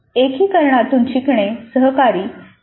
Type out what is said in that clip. एकीकरणातून शिकणे सहकारी समालोचनाद्वारे वर्धित केले जाते